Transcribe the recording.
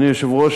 אדוני היושב-ראש,